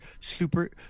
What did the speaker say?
super